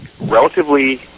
relatively